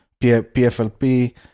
PFLP